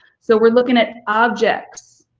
so we're looking at objects,